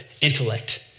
intellect